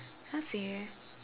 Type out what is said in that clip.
can't say eh